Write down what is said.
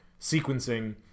sequencing